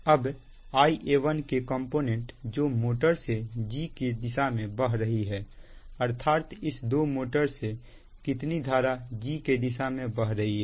अब Ia1 के component जो मोटर से g के दिशा में बह रही है अर्थात इस दो मोटर से कितनी धारा g के दिशा में बह रही है